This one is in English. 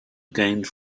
gained